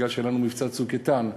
מכיוון שהיה לנו מבצע "צוק איתן",